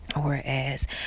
whereas